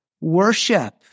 worship